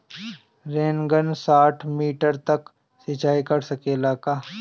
Rain gun साठ metre तक सिचाई कर सकेला का?